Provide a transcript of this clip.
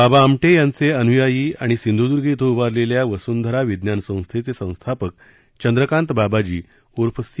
बाबा आमटे यांचे अनुयायी आणि सिंधुर्दुग इथं उभारलेल्या वसुंधरा विज्ञान संस्थेचे संस्थापक चंद्रकांत बाबाजी उर्फ सी